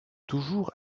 toujours